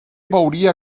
veuria